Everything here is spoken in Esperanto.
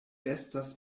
estas